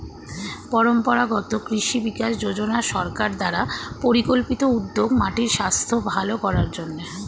পরম্পরাগত কৃষি বিকাশ যোজনা সরকার দ্বারা পরিকল্পিত উদ্যোগ মাটির স্বাস্থ্য ভাল করার জন্যে